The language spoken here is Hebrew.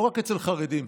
לא רק אצל חרדים,